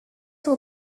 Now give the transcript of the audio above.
will